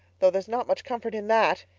though there's not much comfort in that.